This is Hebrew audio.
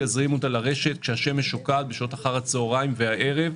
יזרימו אותה לרשת כאשר השמש שוקעת בשעות אחר הצוהריים והערב.